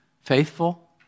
Faithful